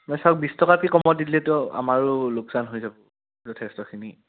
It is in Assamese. নাই চাওক বিশ টকাতকৈ কমত দি দিলেটো আমাৰো লোকচান হৈ যাব যথেষ্টখিনি